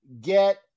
get